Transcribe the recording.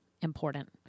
important